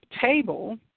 table